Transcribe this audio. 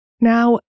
Now